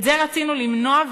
את זה רצינו למנוע,